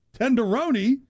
tenderoni